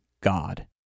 God